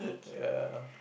ya